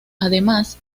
además